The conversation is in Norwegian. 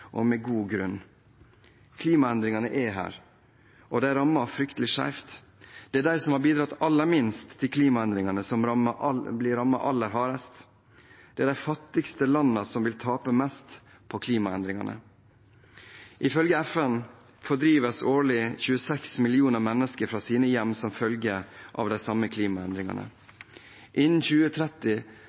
og med god grunn. Klimaendringene er her, og de rammer fryktelig skjevt. Det er de som har bidratt aller minst til klimaendringene, som blir rammet aller hardest. Det er de fattigste landene som vil tape mest på klimaendringene. Ifølge FN fordrives årlig 26 millioner mennesker fra sine hjem som følge av de samme klimaendringer. Innen 2030